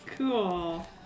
Cool